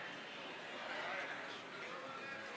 של יושב-ראש